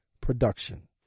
production